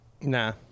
Nah